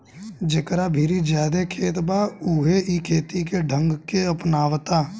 जेकरा भीरी ज्यादे खेत बा उहे इ खेती के ढंग के अपनावता